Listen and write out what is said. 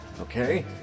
Okay